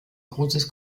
großes